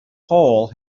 hole